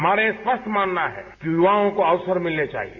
हमारा यह स्पष्ट मानना है कि युवाओं को अवसर मिलने चाहिए